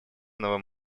новым